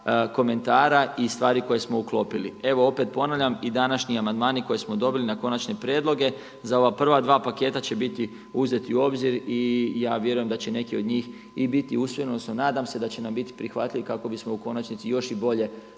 komentara i stvari koje smo uklopili. Evo opet ponavljam i današnji amandmani koje smo dobili na konačne prijedloge za ova prva dva paketa će biti uzeti u obzir i ja vjerujem da će neki od njih i biti usvojeni donosno nadam se da će nam biti prihvatljiv kako bismo u konačnici još i bolje